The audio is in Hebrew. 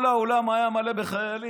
כל האולם היה מלא בחיילים.